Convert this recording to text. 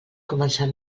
començar